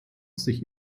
sich